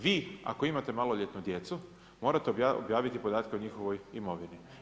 Vi ako imate maloljetnu djecu morate objaviti podatke o njihovoj imovini.